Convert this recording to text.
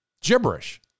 Gibberish